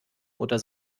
oder